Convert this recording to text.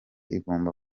igomba